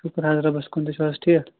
شُکُر حظ رۅبَس کُن تُہۍ چھُو حظ ٹھیٖک